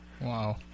Wow